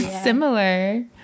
Similar